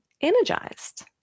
energized